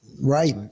Right